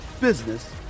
business